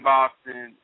Boston